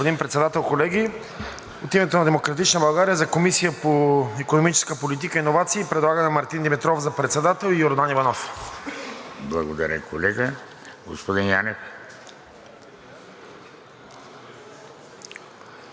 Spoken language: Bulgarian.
Благодаря, колега. Господин Янев.